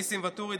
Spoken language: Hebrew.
ניסים ואטורי,